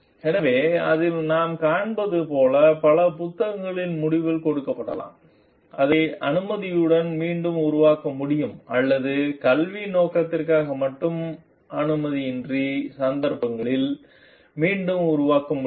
எனவே அதில் நாம் காண்பது போன்ற பல புத்தகங்களின் முடிவில் கொடுக்கப்படலாம் அதை அனுமதியுடன் மீண்டும் உருவாக்க முடியும் அல்லது கல்வியின் நோக்கத்திற்காக மட்டுமே அனுமதியின்றி சந்தர்ப்பங்களில் மீண்டும் உருவாக்க முடியும்